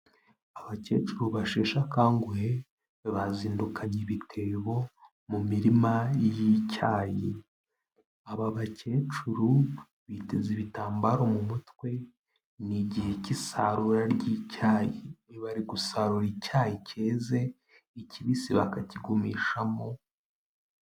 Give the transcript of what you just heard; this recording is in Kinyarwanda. Abakecuru basheshe akanguhe, bazindukanye ibitebo mu mirima y'icyayi, aba bakecuru biteze ibitambaro mu mutwe, ni igihe cy'isarura ry'icyayi, bari gusarura icyayi cyeze, ikibisi bakakigumishamo.